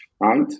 right